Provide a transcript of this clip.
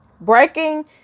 Breaking